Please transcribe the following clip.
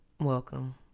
Welcome